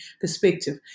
perspective